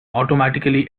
automatically